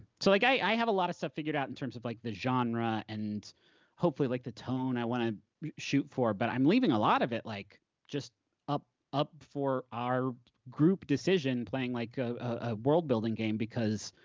so like i have a lot of stuff figured out in terms of like the genre and hopefully like the tone i wanna shoot for, but i'm leaving a lot of it like just up up for our group decision playing like a world-building game because,